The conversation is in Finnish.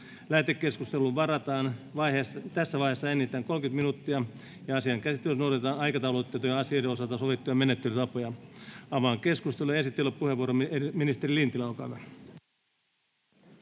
Lähetekeskusteluun varataan tässä vaiheessa enintään 30 minuuttia. Asian käsittelyssä noudatetaan aikataulutettujen asioiden osalta sovittuja menettelytapoja. Avaan keskustelun. — Ministeri Lintilä,